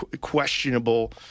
questionable